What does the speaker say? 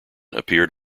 appeared